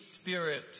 spirit